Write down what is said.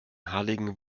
halligen